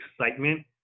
excitement